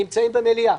נמצאים במליאה,